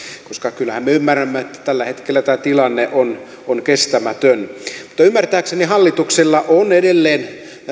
koska kyllähän me ymmärrämme että tällä hetkellä tämä tilanne on kestämätön mutta ymmärtääkseni hallituksella on edelleen